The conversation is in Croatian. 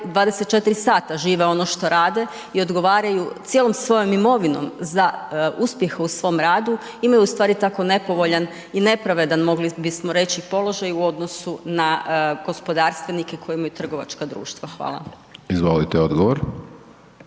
24 sata žive ono što rade i odgovaraju cijelom svojom imovinom za uspjehe u svom radu imaju tako nepovoljan i nepravedan mogli bismo reći položaj u odnosu na gospodarstvenike koja imaju trgovačka društva. Hvala. **Hajdaš